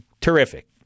Terrific